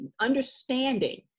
understanding